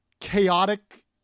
chaotic